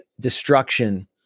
destruction